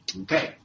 Okay